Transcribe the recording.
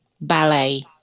ballet